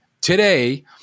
today